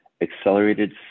accelerated